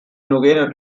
noguera